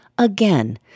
Again